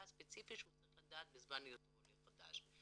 הספציפי שהוא צריך לדעת בזמן היותו עולה חדש.